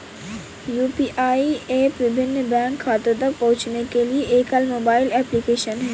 UPI app विभिन्न bank खातों तक पहुँचने के लिए एकल मोबाइल एप्लिकेशन है